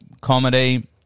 comedy